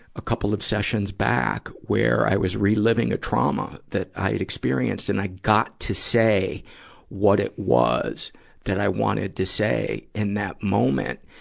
a couple of sessions back where i was reliving a trauma that i had experienced, and i got to say what it was i wanted to say in that moment.